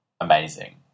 amazing